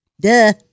Duh